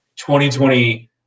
2020